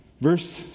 Verse